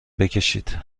بکشید